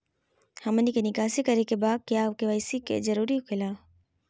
हमनी के निकासी करे के बा क्या के.वाई.सी जरूरी हो खेला?